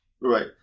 Right